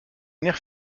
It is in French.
nerf